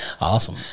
Awesome